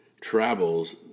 travels